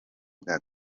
bwa